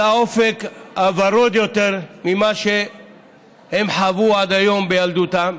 אל האופק הוורוד יותר ממה שהם חוו עד היום בילדותם.